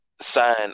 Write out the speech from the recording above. sign